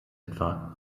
etwa